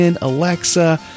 Alexa